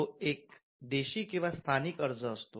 तो एक देशी किंवा स्थानिक अर्ज असतो